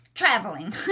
Traveling